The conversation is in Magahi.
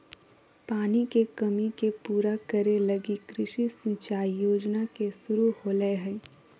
पानी के कमी के पूरा करे लगी कृषि सिंचाई योजना के शुरू होलय हइ